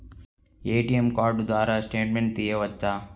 ATM card ద్వారా statement తీయవచ్చా?